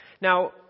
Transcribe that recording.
Now